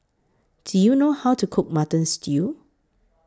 Do YOU know How to Cook Mutton Stew